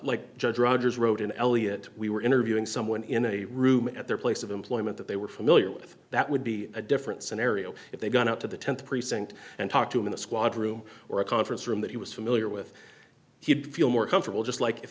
like judge rogers wrote in elliot we were interviewing someone in a room at their place of employment that they were familiar with that would be a different scenario if they got out to the th precinct and talk to him in a squad room or a conference room that he was familiar with he'd feel more comfortable just like if